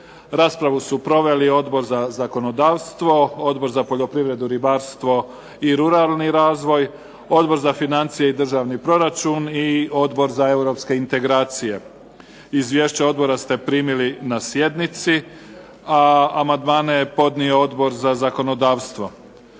Raspravu su proveli Odbor za zakonodavstvo, Odbor za poljoprivredu, ribarstvo i ruralni razvoj, Odbor za financije i državni proračun i Odbor za europske integracije. Izvješće odbora ste primili na sjednici, a amandmane je podnio Odbor za zakonodavstvo.